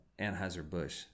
Anheuser-Busch